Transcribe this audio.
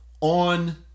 on